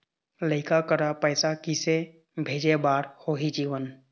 लइका करा पैसा किसे भेजे बार होही जीवन